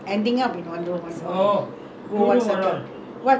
prince charles square that [one] eighteen stories எத்தணையோலா எத்தணையோ:ethanaiyolaa ethanaiyo